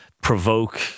provoke